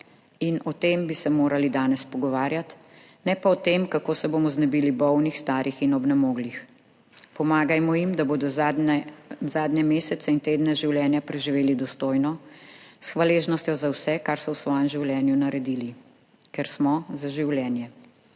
O tem bi se morali danes pogovarjati, ne pa o tem, kako se bomo znebili bolnih, starih in obnemoglih. Pomagajmo jim, da bodo zadnje mesece in tedne življenja preživeli dostojno, s hvaležnostjo za vse, kar so v svojem življenju naredili. Ker smo v Poslanski